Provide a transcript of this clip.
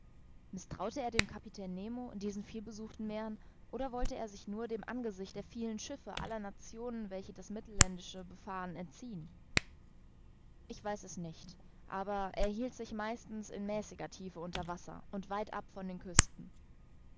uns der kapitän nemo in diesen vielbesuchten meeren oder wollte er sich nur dem angesicht der vielen schiffe aller nationen welche das mittelländische befahren entziehen ich weiß es nicht aber er hielt sich meistens in mäßiger tiefe unter wasser und weit ab von den küsten